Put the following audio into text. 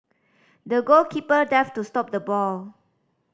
the goalkeeper dived to stop the ball